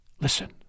Listen